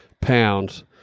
pounds